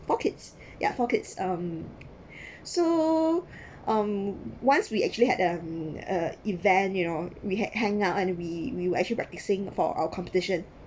four kids ya four kids um so um once we actually had um a event you know we had hang out and we we were actually practicing for our competition